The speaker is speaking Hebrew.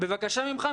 בבקשה ממך,